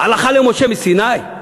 הלכה למשה מסיני?